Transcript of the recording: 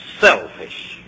selfish